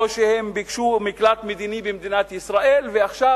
או שהם ביקשו מקלט מדיני במדינת ישראל ועכשיו